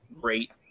great